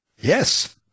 Yes